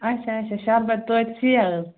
آچھا آچھا شَربَت توتہِ سِیاہ حظ